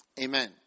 Amen